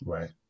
Right